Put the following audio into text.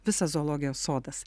visas zoologijos sodas